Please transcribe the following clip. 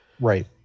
Right